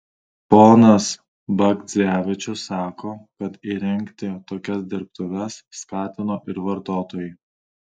ponas bagdzevičius sako kad įrengti tokias dirbtuves skatino ir vartotojai